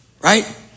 right